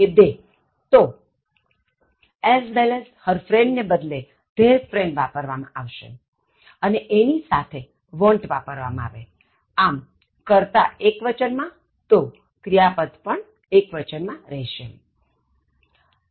they તો as well as her friend ને બદલે their friend વાપરવામાં આવશે અને એની સાથે want વાપરવામાં આવેઆમ કર્તા એક્વચન માં તોક્રિયાપદ એક્વચન માં રહેશે